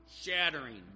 shattering